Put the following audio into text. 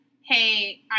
hey